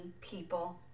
people